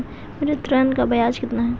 मेरे ऋण का ब्याज कितना है?